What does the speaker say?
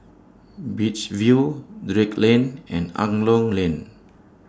Beach View Drake Lane and Angklong Lane